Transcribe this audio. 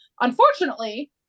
Unfortunately